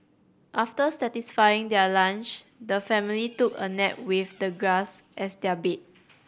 after satisfying their lunch the family took a nap with the grass as their bed